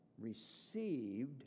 received